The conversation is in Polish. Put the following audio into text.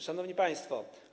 Szanowni Państwo!